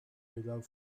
without